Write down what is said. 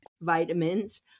vitamins